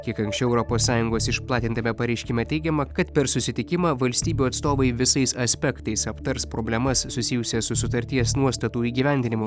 kiek anksčiau europos sąjungos išplatintame pareiškime teigiama kad per susitikimą valstybių atstovai visais aspektais aptars problemas susijusias su sutarties nuostatų įgyvendinimu